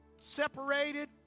Separated